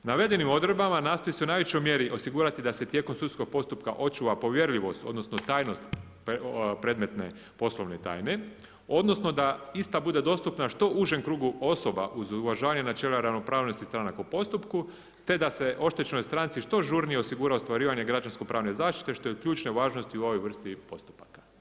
Navedenim odredbama nastoji se u najvećoj mjeri osigurati da se tijekom sudskog postupka očuva povjerljivost odnosno tajnost predmetne poslovne tajne odnosno da ista bude dostupna što užem krugu osoba uz uvažavanje načela ravnopravnosti stranaka u postupu te da se oštećenoj stranci što žurnije osigura ostvarivanje građansko pravne zaštite što je od ključne važnosti u ovoj vrsti postupaka.